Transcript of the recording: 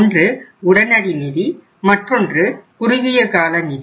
ஒன்று உடனடி நிதி மற்றொன்று குறுகிய கால நிதி